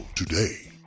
today